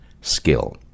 skill